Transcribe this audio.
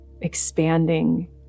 expanding